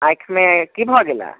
आँखिमे की भऽ गेलैया